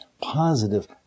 positive